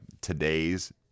today's